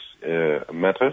matters